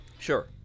sure